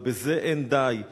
אבל בזה אין די,